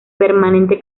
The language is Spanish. permanente